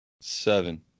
Seven